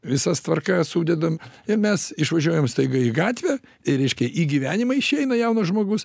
visas tvarkas sudedam ir mes išvažiuojam staiga į gatvę ir reiškia į gyvenimą išeina jaunas žmogus